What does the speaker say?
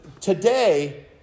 today